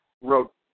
wrote